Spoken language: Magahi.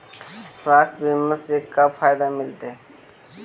स्वास्थ्य बीमा से का फायदा मिलतै?